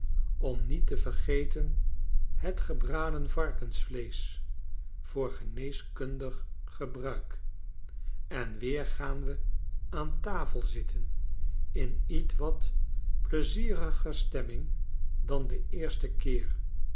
om niettevergeten het gebraden varkensvleesch voor geneeskundig gebruik en weer gaan we aan tafel zitten in ietwat pleizieriger stemming dan den eersten keer